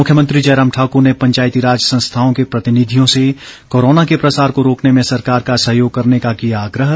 मुख्यमंत्री जयराम ठाकुर ने पंचायती राज संस्थाओं के प्रतिनिधियों से कोरोना के प्रसार को रोकने में सरकार का सहयोग करने का किया आग्रह